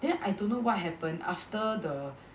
then I don't know what happened after the